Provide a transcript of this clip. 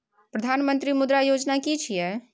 प्रधानमंत्री मुद्रा योजना कि छिए?